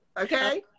Okay